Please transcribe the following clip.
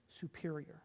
superior